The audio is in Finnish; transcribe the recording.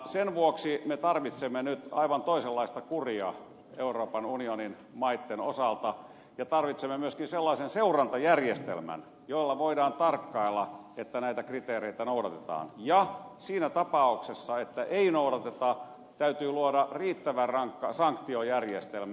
sen vuoksi me tarvitsemme nyt aivan toisenlaista kuria euroopan unionin maitten osalta ja tarvitsemme myöskin sellaisen seurantajärjestelmän jolla voidaan tarkkailla että näitä kriteereitä noudatetaan ja siinä tapauksessa että ei noudateta täytyy luoda riittävän rankka sanktiojärjestelmä